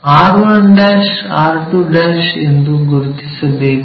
ಈಗ r1' r2 ಎಂದು ಗುರುತಿಸಬೇಕು